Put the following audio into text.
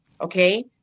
Okay